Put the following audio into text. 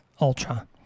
Ultra